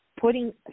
putting